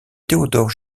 theodore